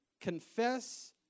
confess